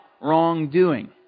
wrongdoing